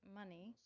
money